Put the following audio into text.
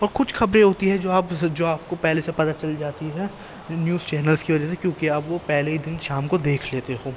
اور کچھ خبریں ہوتی ہیں جو آپ جو آپ کو پہلے سے پتا چل جاتی ہے نیوز چینلس کی وجہ سے کیوںکہ آپ وہ پہلے ہی دن شام کو دیکھ لیتے ہو